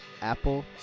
Apple